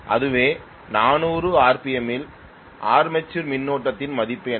ஆகவே 400 ஆர்பிஎம்மில் ஆர்மேச்சர் மின்னோட்டத்தின் மதிப்பு என்ன